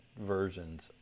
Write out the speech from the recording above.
versions